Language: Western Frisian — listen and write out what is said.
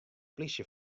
plysje